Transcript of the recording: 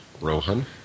Rohan